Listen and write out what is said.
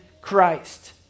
Christ